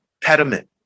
pediment